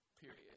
period